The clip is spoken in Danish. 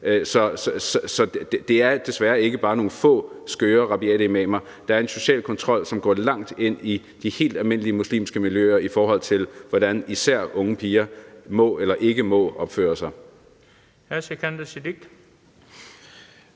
Så det er desværre ikke bare nogle få skøre og rabiate imamer, men der er en social kontrol, som går langt ind i de helt almindelige muslimske miljøer, i forhold til hvordan især unge piger må eller ikke må opføre sig. Kl. 13:07 Den fg.